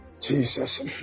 Jesus